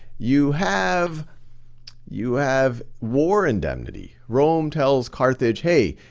you have you have war indemnity. rome tells carthage, hey,